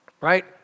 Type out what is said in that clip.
right